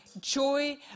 Joy